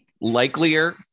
likelier